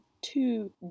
two